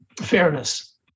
fairness